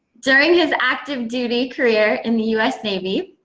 during his active duty career in the us navy,